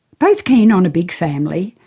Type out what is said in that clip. both keen on a big family,